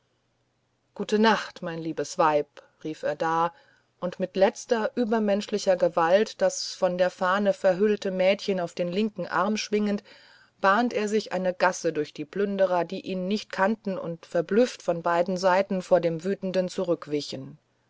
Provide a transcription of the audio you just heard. gute nacht mein liebes weib rief er da und mit letzter übermenschlicher gewalt das von der fahne verhüllte mädchen auf den linken arm schwingend bahnt er sich eine gasse durch die plünderer die ihn nicht kannten und verblüfft von beiden seiten vor dem wütenden zurückwichen